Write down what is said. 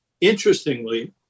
interestingly